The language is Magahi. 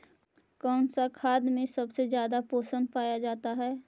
कौन सा खाद मे सबसे ज्यादा पोषण पाया जाता है?